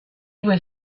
was